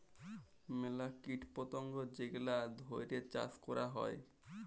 ম্যালা কীট পতঙ্গ যেগলা ধ্যইরে চাষ ক্যরা হ্যয়